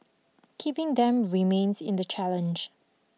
keeping them remains in the challenge